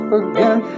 again